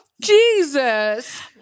Jesus